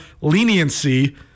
leniency